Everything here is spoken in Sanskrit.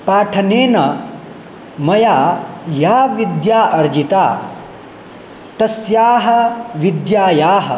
पाठनेन मया या विद्या अर्जिता तस्याः विद्यायाः